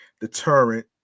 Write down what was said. deterrent